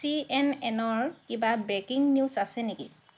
C N এনৰ কিবা breaking news আছে নেকি